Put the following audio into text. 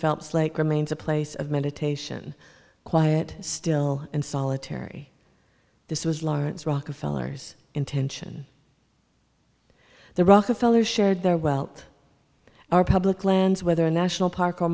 phelps lake remains a place of meditation quiet still and solitary this was lawrence rockefeller's intention the rockefeller shared their wealth our public lands whether a national park or